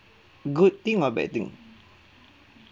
good thing or bad thing